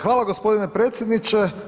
Hvala gospodine predsjedniče.